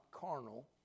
carnal